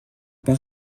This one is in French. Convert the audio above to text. pas